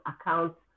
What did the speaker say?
accounts